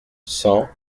cent